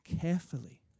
carefully